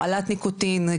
הרעלת ניקוטין,